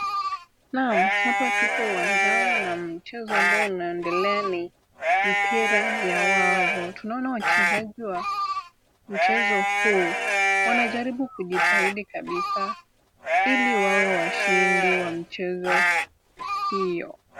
Naam! Hapa tuko uwanjani na mchezo ambao unaendelea ni mpira ya wavu, tunaona wachezaji wa mchezo huu wanajaribu kujitahidi kabisa ili wawe washindi wa michezo hiyo.